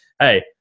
hey